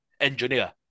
engineer